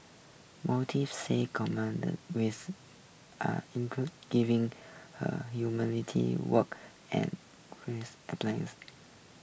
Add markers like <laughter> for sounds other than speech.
motive says <unintelligible> with are include giving her <unintelligible> work and <unintelligible>